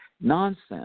nonsense